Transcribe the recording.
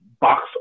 box